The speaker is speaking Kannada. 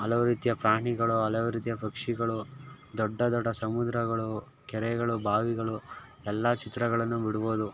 ಹಲವು ರೀತಿಯ ಪ್ರಾಣಿಗಳು ಹಲವು ರೀತಿಯ ಪಕ್ಷಿಗಳು ದೊಡ್ಡ ದೊಡ್ಡ ಸಮುದ್ರಗಳು ಕೆರೆಗಳು ಬಾವಿಗಳು ಎಲ್ಲಾ ಚಿತ್ರಗಳನ್ನು ಬಿಡ್ಬೋದು